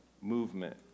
movement